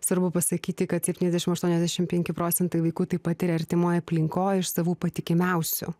svarbu pasakyti kad septyniasdešimt aštuoniasdešimt penki procentai vaikų tai patiria artimoj aplinkoj iš savų patikimiausių